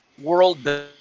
world